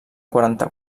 quaranta